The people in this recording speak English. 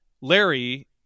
Larry